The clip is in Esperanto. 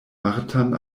martan